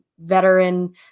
veteran